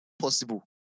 possible